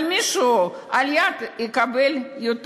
אבל מישהו על-יד יקבל יותר.